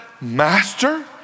Master